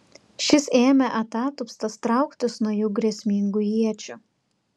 šis ėmė atatupstas trauktis nuo jų grėsmingų iečių